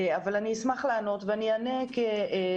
אבל אני אשמח לענות ואני אענה כמורה.